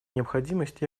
необходимость